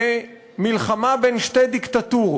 כמלחמה בין שתי דיקטטורות.